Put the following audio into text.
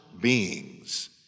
beings